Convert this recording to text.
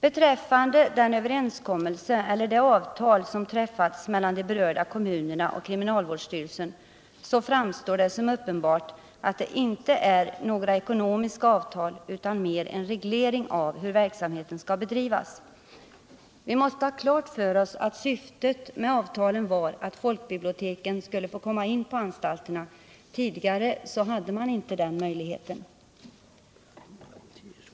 Beträffande det avtal som träffats mellan de berörda kommunerna och kriminalvårdsstyrelsen är det uppenbart att det inte är något ekonomiskt avtal, utan mer en reglering av hur verksamheten skall bedrivas. Vi måste ha klart för oss att syftet med avtalet var att folkbiblioteken skulle få komma in på anstalterna. Tidigare fanns inte den möjligheten.